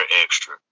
extra